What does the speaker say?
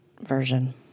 version